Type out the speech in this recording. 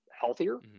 healthier